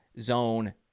zone